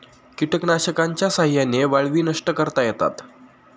कीटकनाशकांच्या साह्याने वाळवी नष्ट करता येतात